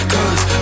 Cause